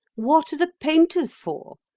what are the painters for?